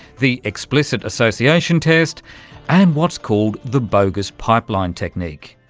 the implicit association test and what's called the bogus pipeline technique.